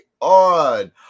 on